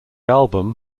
album